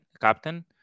captain